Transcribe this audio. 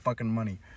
money